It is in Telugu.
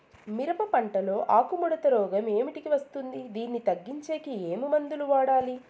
మిరప పంట లో ఆకు ముడత రోగం ఏమిటికి వస్తుంది, దీన్ని తగ్గించేకి ఏమి మందులు వాడాలి?